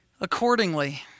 Accordingly